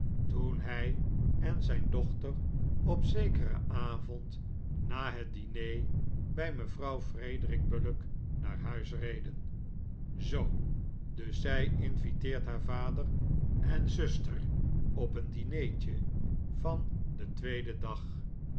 toen hij en zijn dochter op zekeren avond na het diner bij mevrouw frederic bullock naar huis reden zoo dus zij inviteert haar vader en zuster op een dineetje van den tweeden dag